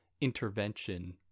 intervention